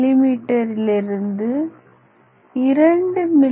me லிருந்து 2 மி